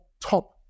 top